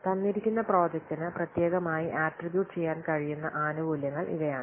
തന്നിരിക്കുന്ന പ്രോജക്റ്റിന് പ്രത്യേകമായി ആട്രിബ്യൂട്ട് ചെയ്യാൻ കഴിയുന്ന ആനുകൂല്യങ്ങൾ ഇവയാണ്